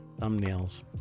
thumbnails